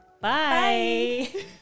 Bye